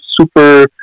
super